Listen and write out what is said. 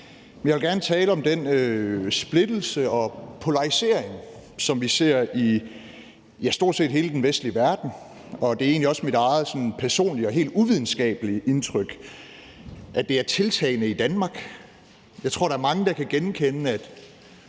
Jeg vil gerne tale om den splittelse og polarisering, som vi ser i stort set hele den vestlige verden, og det er egentlig også mit eget personlige og helt uvidenskabelige indtryk, at det er tiltagende i Danmark. Jeg tror, at der er mange, der kan genkende,